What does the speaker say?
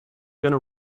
gonna